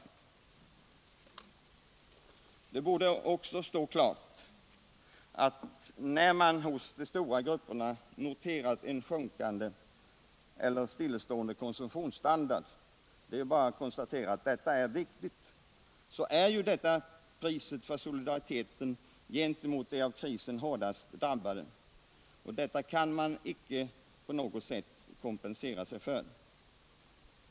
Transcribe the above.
Det borde också stå klart att när man hos de stora grupperna noterar en sjunkande eller stillastående konsumtionsstandard — vilket är ett faktiskt förhållande — så är detta priset för solidariteten gentemot de av krisen hårdast drabbade, och det kan man icke på något sätt kompensera sig för.